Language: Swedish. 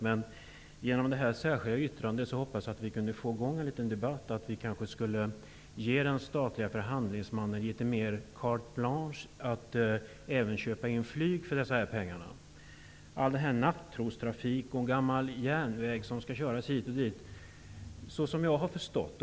Genom att framställa detta särskilda yttrande hoppas jag att få i gång en debatt om att ge den statliga förhandlingsmannen carte blanche i större utsträckning och låta honom köpa in flyg för pengarna. Vi talar om nattågstrafik och gammal järnväg som skall köras hit och dit.